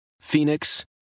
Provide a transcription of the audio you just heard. Phoenix